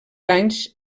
anys